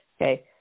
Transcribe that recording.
okay